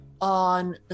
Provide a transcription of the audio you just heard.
On